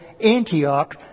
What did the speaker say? Antioch